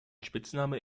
spitzname